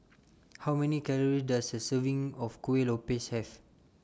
How Many Calories Does A Serving of Kueh Lopes Have